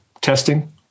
testing